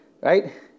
Right